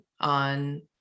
on